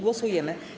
Głosujemy.